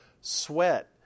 sweat